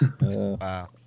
Wow